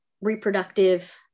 reproductive